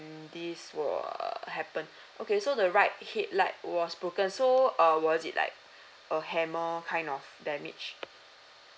this wha~ happened okay so the right headlight was broken so uh was it like a hammer kind of damage